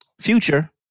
Future